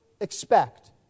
expect